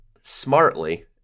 smartly